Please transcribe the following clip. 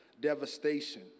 devastation